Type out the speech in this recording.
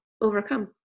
overcome